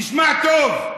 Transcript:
תשמע טוב.